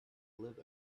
live